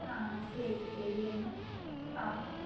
ആ ശരി ശരി എന്നാൽ ആ